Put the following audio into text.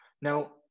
Now